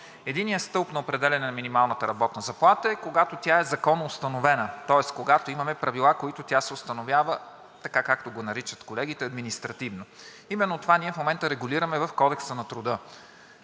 Единият стълб на определяне на минималната работна заплата е, когато тя е законоустановена, тоест, когато имаме правила, с които тя се установява, така, както го наричат колегите – административно. Именно това ние в момента регулираме в Кодекса на труда